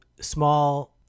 small